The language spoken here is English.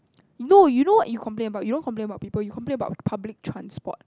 no you know what you complain you don't complain about people you complain about public transport